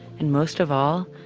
and most of all,